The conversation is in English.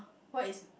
what is